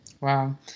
Wow